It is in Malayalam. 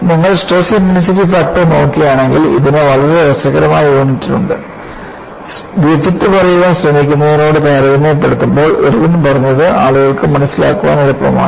നിങ്ങൾ സ്ട്രെസ് ഇന്റൻസിറ്റി ഫാക്ടർ നോക്കുകയാണെങ്കിൽ ഇതിന് വളരെ രസകരമായ യൂണിറ്റുകളുണ്ട് ഗ്രിഫിത്ത് പറയാൻ ശ്രമിക്കുന്നതിനോട് താരതമ്യപ്പെടുത്തുമ്പോൾ ഇർവിൻ പറഞ്ഞത് ആളുകൾക്ക് മനസ്സിലാക്കാൻ എളുപ്പമാണ്